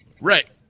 Right